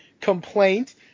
complaint